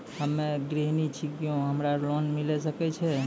हम्मे गृहिणी छिकौं, की हमरा लोन मिले सकय छै?